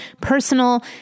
personal